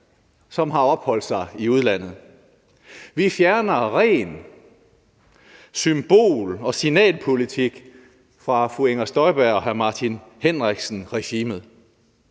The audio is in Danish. som har opholdt sig i udlandet. Vi fjerner ren symbol- og signalpolitik fra fru Inger Støjberg og hr. Martin Henriksen-regimet.